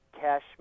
cash